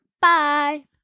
Bye